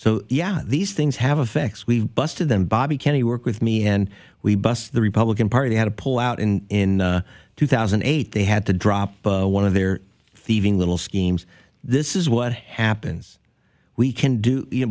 so yeah these things have effects we've busted them bobby kennedy work with me and we bust the republican party had to pull out in two thousand and eight they had to drop one of their thieving little schemes this is what happens we can do